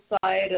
side